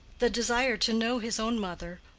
the desire to know his own mother,